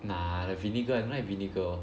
nah the vinegar I don't like vinegar